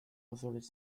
позволить